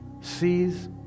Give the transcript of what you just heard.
sees